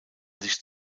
sich